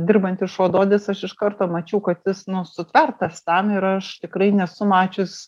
dirbantis šuo dodis aš iš karto mačiau kad jis nu sutvertas tam ir aš tikrai nesu mačius